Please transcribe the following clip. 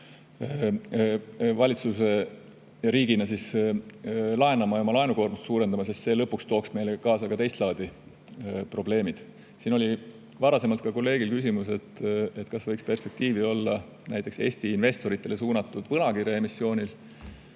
valitsuse ja riigina laenama ja oma laenukoormust suurendama, sest see tooks lõpuks kaasa teist laadi probleemid. Siin oli varasemalt kolleegil küsimus, kas võiks perspektiivi olla näiteks Eesti investoritele suunatud võlakirjaemissioonil,